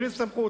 בלי סמכות,